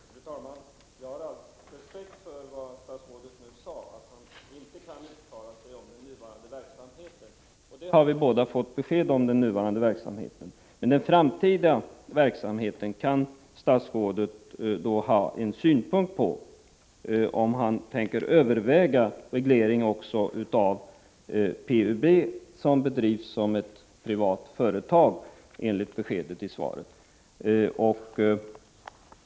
Fru talman! Jag har all respekt för det statsrådet nu sade, att han inte kan uttala sig om den nuvarande verksamheten. Den har vi båda fått besked om. Men den framtida verksamheten kan statsrådet ha synpunkter på. Jag undrade om han tänker överväga reglering också av PUB, som drivs som ett privat företag enligt beskedet i svaret.